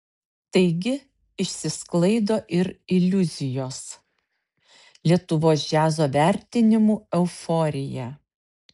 taigi išsisklaido ir iliuzijos lietuvos džiazo vertinimų euforija